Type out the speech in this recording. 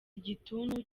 igituntu